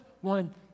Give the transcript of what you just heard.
one